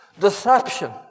Deception